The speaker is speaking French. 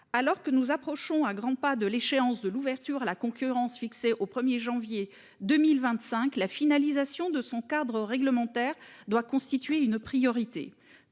alors que nous approchons un grand pas de l'échéance de l'ouverture à la concurrence fixée au 1er janvier 2025 la finalisation de son cadre réglementaire doit constituer une priorité